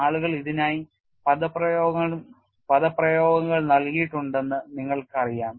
ആളുകൾ ഇതിനായി പദപ്രയോഗങ്ങൾ നൽകിയിട്ടുണ്ടെന്ന് നിങ്ങൾക്കറിയാം